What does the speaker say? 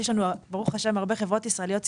יש לנו ברוך השם הרבה חברות ישראליות ציבוריות.